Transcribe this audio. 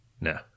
No